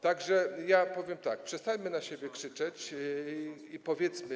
Tak że ja powiem tak: Przestańmy na siebie krzyczeć i powiedzmy.